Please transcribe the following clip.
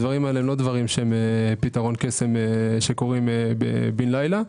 הדברים האלה לא פתרון קסם שקורים בן לילה.